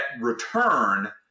return